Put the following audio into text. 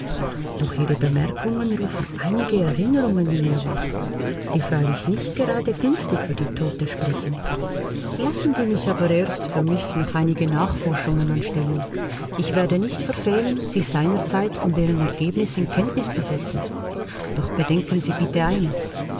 doch ihre bemerkungen rufen einige erinnerungen in mir wach die freilich nicht gerade günstig für die tote sprechen lassen sie mich aber erst für mich noch einige nachforschungen anstellen ich werde nicht verfehlen sie seinerzeit von deren ergebnis in kenntnis zu setzen doch bedenken sie bitte eines